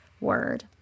word